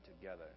together